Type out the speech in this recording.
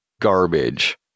garbage